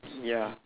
ya